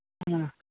ꯑꯥ